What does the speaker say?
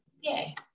Yay